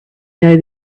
know